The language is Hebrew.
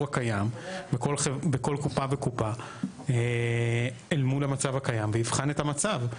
הקיים בכל קופה וקופה אל מול המצב הקיים ויבחן את המצב,